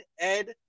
ed